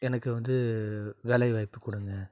எனக்கு வந்து வேலை வாய்ப்பு கொடுங்க